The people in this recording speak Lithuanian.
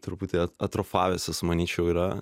truputį atrofavęsis manyčiau yra